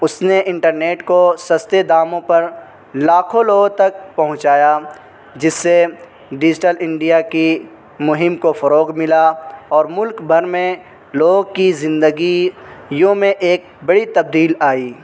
اس نے انٹرنیٹ کو سستے داموں پر لاکھوں لوگوں تک پہنچایا جس سے ڈیجیٹل انڈیا کی مہم کو فروغ ملا اور ملک بھر میں لوگ کی زندگی یوں میں ایک بڑی تبدیل آئی